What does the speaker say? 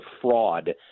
fraud